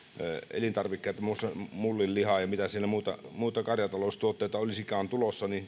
elintarvikkeita muun muassa mullin lihaa ja mitä sieltä muita karjataloustuotteita olisikaan tulossa